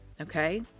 Okay